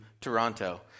Toronto